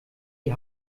die